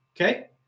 Okay